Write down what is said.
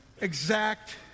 exact